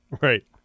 Right